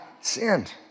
sinned